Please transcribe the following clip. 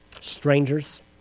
strangers